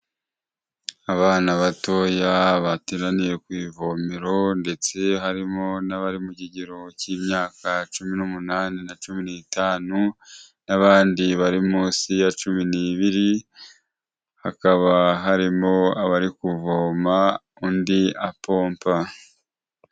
Abana batoya bateraniye ku ivomero ndetse harimo n'abari mu kigero cy'imyaka cumi n'umunani na cumi n'itanu n'abandi bari munsi ya cumi n'ibiri, hakaba harimo abari kuvoma undi apompa.